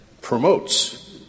promotes